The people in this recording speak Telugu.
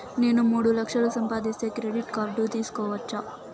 నేను మూడు లక్షలు సంపాదిస్తే క్రెడిట్ కార్డు తీసుకోవచ్చా?